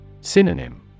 Synonym